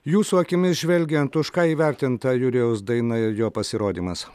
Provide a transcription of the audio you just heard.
jūsų akimis žvelgiant už ką įvertinta jurijaus daina ir jo pasirodymas